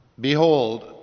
Behold